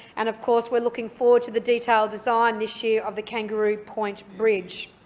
and of course we're looking forward to the detailed design this year of the kangaroo point bridge.